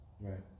Right